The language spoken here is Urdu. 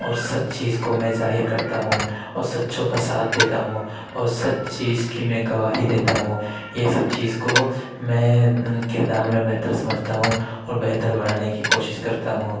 اور سچ چیز کو میں ظاہر کرتا ہوں اور سچوں کا ساتھ دیتا ہوں اور سچ چیز کی میں گواہی دیتا ہوں یہ سب چیز کو میں کردار میں بہتر سمجھتا ہوں اور بہتر بنانے کی کوشس کرتا ہوں